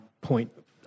point